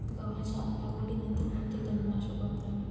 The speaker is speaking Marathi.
गव्हाच्या लागवडीनंतर कोणते तणनाशक वापरावे?